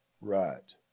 Right